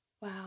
Wow